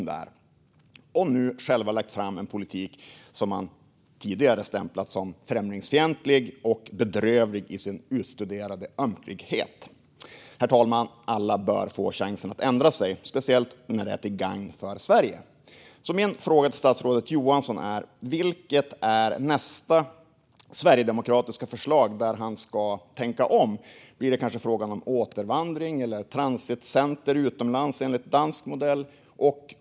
Nu har de själva lagt fram en politik som de tidigare har stämplat som främlingsfientlig och bedrövlig i sin utstuderade ömklighet. Herr talman! Alla bör få chansen att ändra sig, speciellt om det är till gagn för Sverige. Min fråga till statsrådet Johansson är: Vilket är nästa sverigedemokratiska förslag där han kommer att tänka om? Blir det kanske frågan om återvandring eller transitcenter utomlands enligt dansk modell?